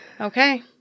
Okay